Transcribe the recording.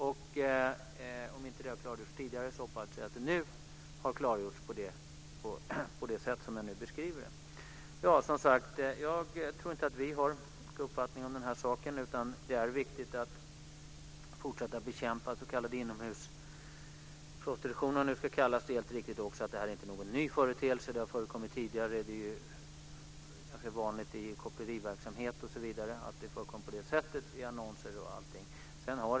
Om det inte har klargjorts tidigare hoppas jag att det nu har klargjorts på det sätt jag har beskrivit detta. Jag tror inte att vi har någon annan uppfattning om saken. Det är viktigt att fortsätta bekämpa den s.k. inomhusprostitutionen. Det är helt riktigt att den inte är någon ny företeelse. Den har förekommit tidigare. Den är ganska vanlig i koppleriverksamhet med annonser osv.